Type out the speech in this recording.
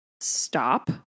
stop